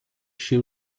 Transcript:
she